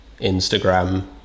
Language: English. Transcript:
Instagram